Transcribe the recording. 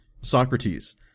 Socrates